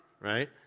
right